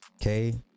Okay